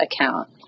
account